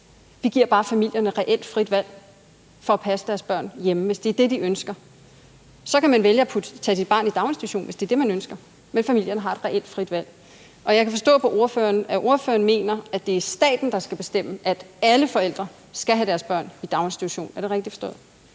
vi giver bare familierne et reelt frit valg til at passe deres børn hjemme, hvis det er det, de ønsker. Så kan man vælge at sætte sit barn i daginstitution, hvis det er det, man ønsker, men familierne har et reelt frit valg. Jeg kan forstå på ordføreren, at ordføreren mener, at det er staten, der skal bestemme, at alle forældre skal have deres børn i daginstitution – er det rigtigt forstået?